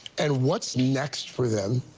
and what's next for them.